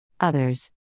others